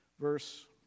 verse